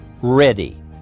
ready